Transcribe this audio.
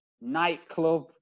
nightclub